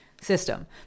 system